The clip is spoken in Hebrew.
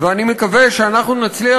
ואני מקווה שאנחנו נצליח,